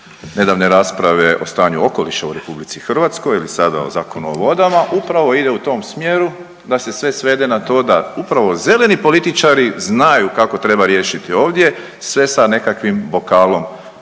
nedavne rasprave o stanju okoliša u RH ili sada o Zakonu o vodama upravo ide u tom smjeru da se sve svede na to da upravo zeleni političari znaju kako treba riješiti ovdje sve sa nekakvim bokalom